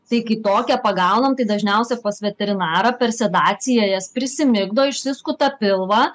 tai kai tokią pagaunam tai dažniausia pas veterinarą per sedaciją jas prisimigdo išsiskuta pilvą